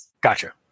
Gotcha